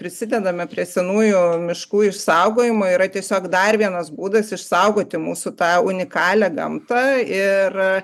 prisidedame prie senųjų miškų išsaugojimo yra tiesiog dar vienas būdas išsaugoti mūsų tą unikalią gamtą ir